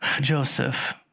Joseph